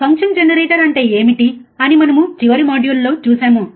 function generator అంటే ఏమిటి అని మేము చివరి మాడ్యూళ్ళలో చూశాము